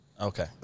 Okay